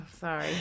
sorry